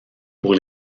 pour